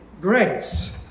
grace